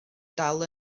dal